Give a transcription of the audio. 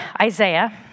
Isaiah